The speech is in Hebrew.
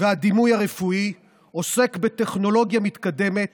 והדימות הרפואי עוסק בטכנולוגיה מתקדמת